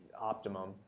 optimum